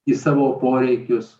į savo poreikius